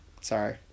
Sorry